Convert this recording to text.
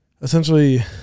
essentially